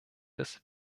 des